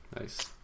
Nice